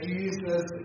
Jesus